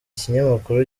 kinyamakuru